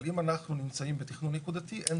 אבל אם אנחנו נמצאים בתכנון נקודתי אין